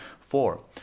four